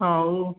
ହଉ